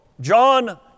John